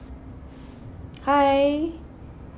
hi